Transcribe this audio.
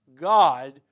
God